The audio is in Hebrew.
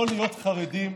לא להיות חרדים,